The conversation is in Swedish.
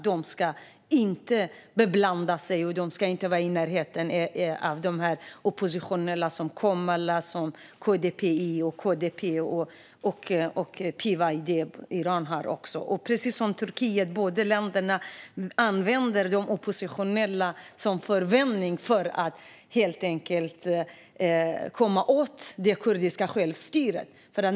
De ska inte beblanda sig med eller vara i närheten av de oppositionella från Komala, KDPI, KDP och PYD från Iran. Båda länderna, Iran precis som Turkiet, använder oppositionella som förevändning för att helt enkelt komma åt det kurdiska självstyret.